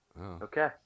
okay